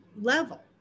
level